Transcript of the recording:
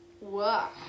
wow